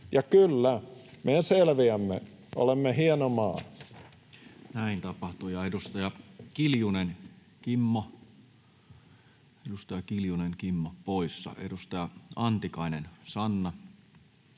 vuodelle 2023 Time: 19:16 Content: Näin tapahtuu. — Ja edustaja Kiljunen, Kimmo, edustaja Kiljunen, Kimmo poissa. Edustaja Antikainen, Sanna,